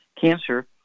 Cancer